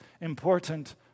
important